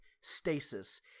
stasis